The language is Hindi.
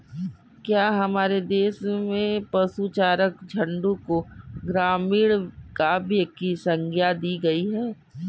क्या हमारे देश में पशुचारक झुंड को ग्रामीण काव्य की संज्ञा दी गई है?